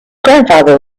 grandfather